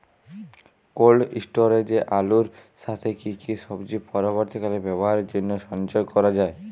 Cold স্টোরেজে আলুর সাথে কি কি সবজি পরবর্তীকালে ব্যবহারের জন্য সঞ্চয় করা যায়?